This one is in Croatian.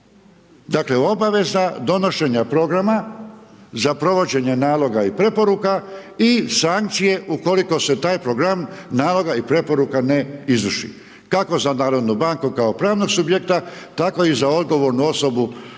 Dakle obaveza donošenja programa, za provođenje naloga i preporuka i sankcije ukoliko se taj program naloga i preporuka ne izvrši, kako za narodnu banku kao pravnog subjekta tako i za odgovornu osobu